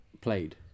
played